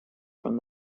from